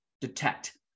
detect